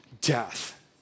death